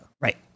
Right